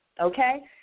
Okay